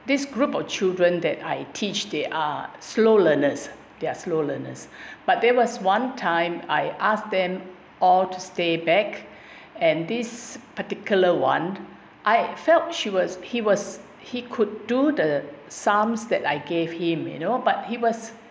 this group of children that I teach they are slow learners they are slow learners but there was one time I asked them all to stay back and this particular one I felt she was he was he could do the sums that I gave him you know but he was